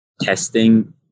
testing